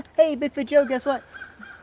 hey bigfoot joe. guess what?